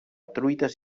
truites